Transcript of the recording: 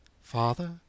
Father